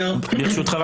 בבקשה,